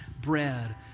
bread